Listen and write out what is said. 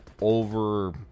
over